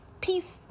Peace